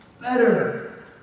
better